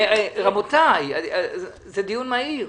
רבותיי, זה דיון מהיר.